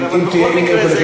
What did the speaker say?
אבל בכל מקרה,